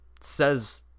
says